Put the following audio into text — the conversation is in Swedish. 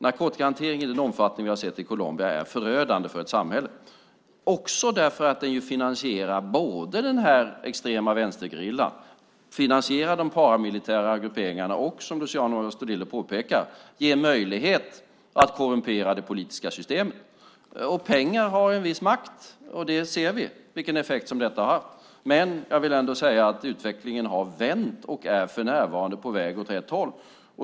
Narkotikahantering i den omfattning vi har sett i Colombia är förödande för ett samhälle, också för att den finansierar både den extrema vänstergerillan, finansierar de paramilitära grupperingarna och, som Luciano Astudillo påpekar, ger möjlighet att korrumpera det politiska systemet. Pengar har en viss makt, och vi ser vilken effekt detta har haft. Men jag vill ändå säga att utvecklingen har vänt och för närvarande är på väg åt rätt håll.